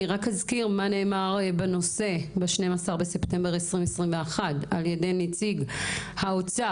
אני אזכיר מה נאמר בנושא ב-12 בספטמבר 2021 על יד נציג האוצר,